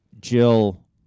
Jill